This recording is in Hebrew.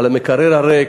על המקרר הריק,